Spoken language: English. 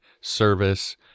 service